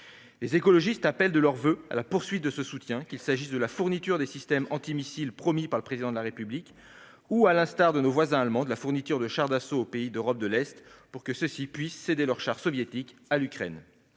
Les écologistes appellent de leurs voeux la poursuite de ce soutien, que celui-ci concerne la fourniture des systèmes antimissiles promis par le Président de la République ou, à l'instar de nos voisins allemands, la fourniture de chars d'assaut aux pays d'Europe de l'Est pour que ceux-ci puissent céder leurs chars soviétiques à l'Ukraine.